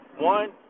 one